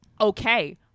okay